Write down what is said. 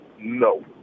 No